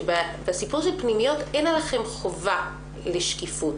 שבסיפור של פנימיות אין עליכם חובה לשקיפות.